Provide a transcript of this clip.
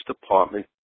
Department